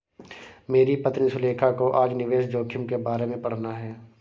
मेरी पत्नी सुलेखा को आज निवेश जोखिम के बारे में पढ़ना है